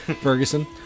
Ferguson